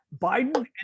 Biden